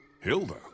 Hilda